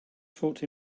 foot